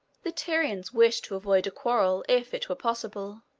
the tyrians wished to avoid a quarrel if it were possible.